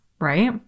right